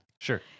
Sure